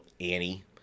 Annie